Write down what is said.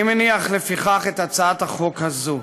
לפיכך, אני מניח את הצעת החוק הזאת.